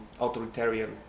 authoritarian